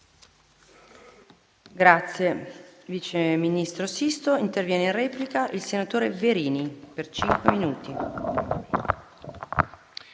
Grazie